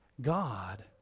God